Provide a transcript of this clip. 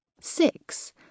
Six